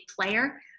player